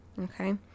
okay